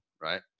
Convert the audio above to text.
right